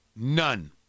None